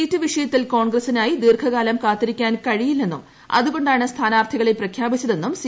seat വിഷയത്തിൽ കോൺഗ്രസിനായി ദീർഘ്കാല്ം കാത്തിരിക്കാൻ കഴിയില്ലെന്നും അതുകൊണ്ടാണ് സ്ഥാനാർഥികളെ പ്രഖ്യാപിച്ചതെന്നും സി